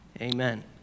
Amen